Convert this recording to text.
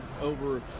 over